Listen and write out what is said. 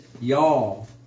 y'all